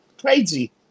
Crazy